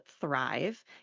Thrive